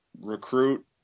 recruit